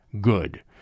good